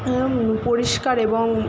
পরিষ্কার এবং